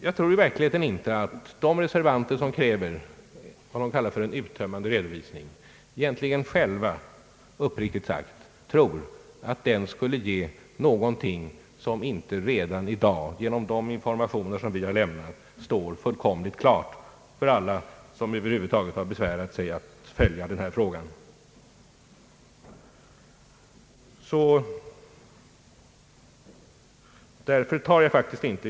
Jag tror i verkligheten inte att de reservanter, som kräver vad de kallar en uttömmande redovisning, egentligen själva uppriktigt väntar, att en sådan skulle ge någonting som inte redan i dag står fullkomligt klart för alla som över huvud taget besvärat sig att följa denna fråga genom de informationer som vi har lämnat.